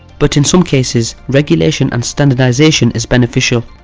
but in some cases regulation and standardisation is beneficial.